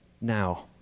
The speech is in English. now